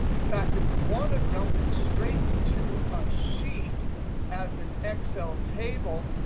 in fact, if we want to dump it straight to ah sheet as an excel table,